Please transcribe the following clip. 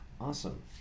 awesome